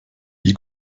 wie